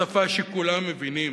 בשפה שכולם מבינים.